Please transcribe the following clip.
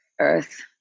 earth